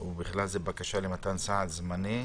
בסדר.